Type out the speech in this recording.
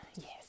yes